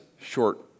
short